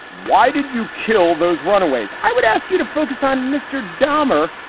why did you kill those runaways? i would ask you to focus on mr. dahmer,